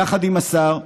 יחד עם השר,